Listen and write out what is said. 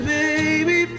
baby